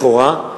לכאורה,